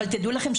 אבל תדעו לכם,